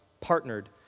partnered